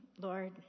Lord